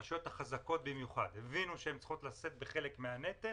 הרשויות החזקות במיוחד הבינו שהן צריכות לשאת בחלק מן הנטל